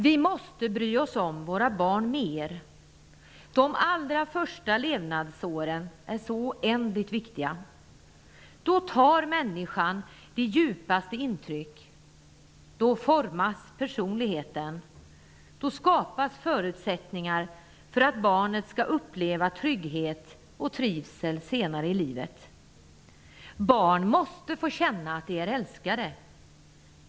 Vi måste bry oss om våra barn mer! De allra första levnadsåren är så oändligt viktiga. Då tar människan de djupaste intryck. Då formas personligheten. Då skapas förutsättningar för att barnet skall uppleva trygghet och trivsel senare i livet. Barn måste få känna att de är älskade.